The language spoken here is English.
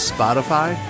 Spotify